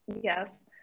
yes